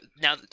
Now